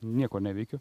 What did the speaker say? nieko neveikiu